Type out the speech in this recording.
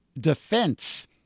Defense